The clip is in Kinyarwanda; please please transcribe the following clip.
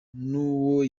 nuwo